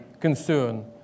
concern